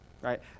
Right